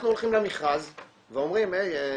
אנחנו הולכים למכרז ואומרים: היי,